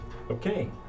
Okay